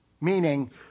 Meaning